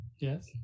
Yes